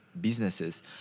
businesses